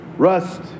Rust